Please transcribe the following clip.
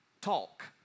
talk